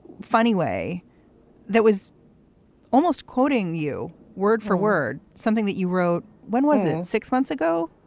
funny way that was almost quoting you word for word. something that you wrote when was in six months ago.